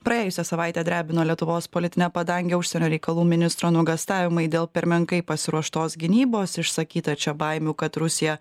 praėjusią savaitę drebino lietuvos politinę padangę užsienio reikalų ministro nuogąstavimai dėl per menkai pasiruoštos gynybos išsakyta čia baimių kad rusija